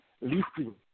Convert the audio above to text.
listing